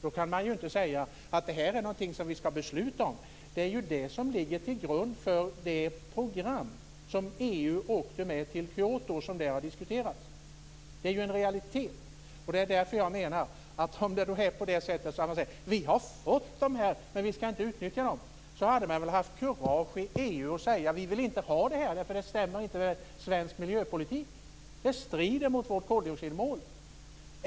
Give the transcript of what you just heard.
Då kan man inte säga att detta är någonting som vi skall besluta om. Det är ju detta som ligger till grund för det program som EU åkte med till Kyoto och som har diskuterats där. Det är ju en realitet. Om det är som man säger att vi har fått den här nivån, men att vi inte skall utnyttja den, menar jag att man väl hade haft kurage att i EU säga att vi inte vill ha detta, för det stämmer inte med svensk miljöpolitik. Det strider mot vårt koldioxidmål.